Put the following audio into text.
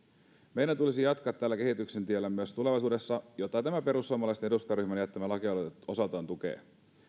meidän tulisi jatkaa tällä kehityksen tiellä myös tulevaisuudessa mitä tämä perussuomalaisten edustajaryhmän jättämä lakialoite osaltaan tukee